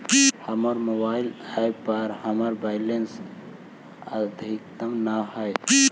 हमर mobile app पर हमर बैलेंस अद्यतन ना हई